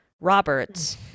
Roberts